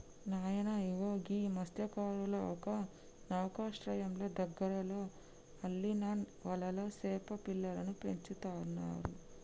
నాయన ఇగో గీ మస్త్యకారులు ఒక నౌకశ్రయంలో దగ్గరలో అల్లిన వలలో సేప పిల్లలను పెంచుతారు